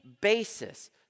basis